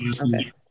Okay